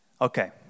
Okay